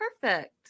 perfect